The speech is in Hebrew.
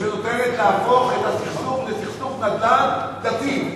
שנותנת להפוך את הסכסוך לסכסוך נדל"ן דתי,